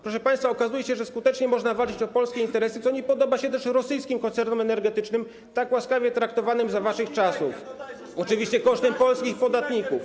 Proszę państwa, okazuje się, że skutecznie można walczyć o polskie interesy, co nie podoba się też rosyjskim koncernom energetycznym, tak łaskawie traktowanym za waszych czasów, oczywiście kosztem polskich podatników.